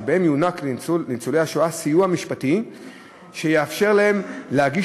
שבהם יוענק לניצולי השואה סיוע משפטי שיאפשר להם להגיש